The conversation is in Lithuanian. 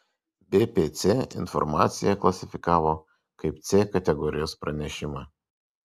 bpc informaciją klasifikavo kaip c kategorijos pranešimą